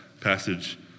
passage